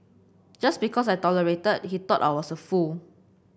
just because I tolerated he thought I was a fool